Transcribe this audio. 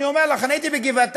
אני אומר לך, אני הייתי בגבעתיים,